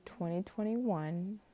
2021